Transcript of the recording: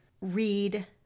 read